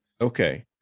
Okay